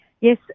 Yes